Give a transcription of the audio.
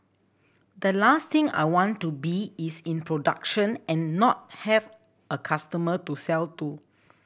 the last thing I want to be is in production and not have a customer to sell to